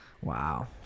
Wow